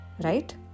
Right